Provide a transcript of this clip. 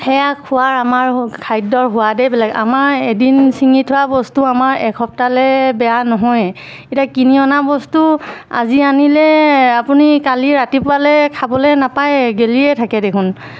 সেয়া খোৱাৰ আমাৰ খাদ্যৰ সোৱাদেই বেলেগ আমাৰ এদিন ছিঙি থোৱা বস্তু আমাৰ এসপ্তাহলৈ বেয়া নহয় এতিয়া কিনি অনা বস্তু আজি আনিলে আপুনি কালি ৰাতিপুৱালৈ খাবলৈ নাপায়ে গেলিয়ে থাকে দেখোন